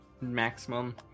maximum